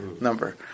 number